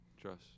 Trust